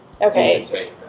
Okay